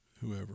whoever